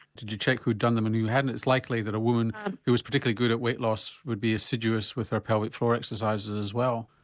did you check who'd done them and who hadn't? it's likely that a woman who was particularly good at weight loss would be assiduous with her pelvic floor exercises as well.